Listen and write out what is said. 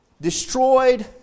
destroyed